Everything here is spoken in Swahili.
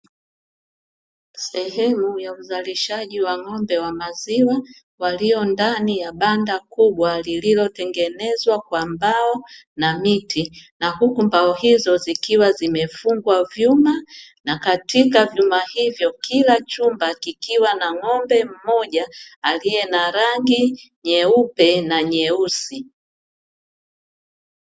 Sehemu ya uzalishaji wa ng'ombe wa maziwa waliondani ya banda kubwa lililotengenezwa kwa mbao na miti, na huku mbao hizo zikiwa zimefungwa vyumat, na katika vyuma hivyo kila chumba kikiwa na ng'ombe mmoja aliye na rangi nyeupe na nyeusi.